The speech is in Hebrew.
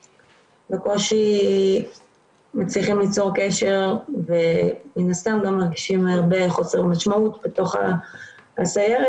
בקושי מצליחים ליצור קשר ומן הסתם גם מרגישים חוסר משמעות בתוך הסיירת,